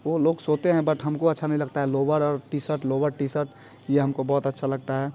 और लोग सोते हैं बट हमको अच्छा नहीं लगता है लोअर और टीसर्ट लोवर टीसर्ट यह हमको बहुत अच्छा लगता है